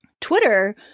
Twitter